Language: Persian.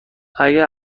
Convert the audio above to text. اگه